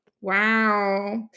wow